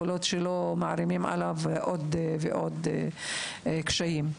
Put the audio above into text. מוגבלות שמערימים עליו עוד ועוד קשיים.